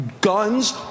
guns